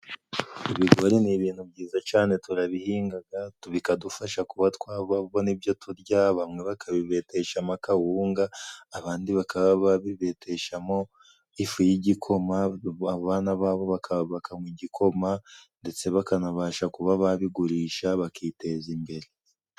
Ibigori ni ibintu byiza cyane turabihingaga bikadufasha kuba twabona ibyo turya bamwe bakabibetesha mo akawunga abandi baka bibeteshamo ifu y'igikoma abana babo bakabinkwa mu gikoma ndetse bakanabasha kuba babigurisha bakiteza imbere.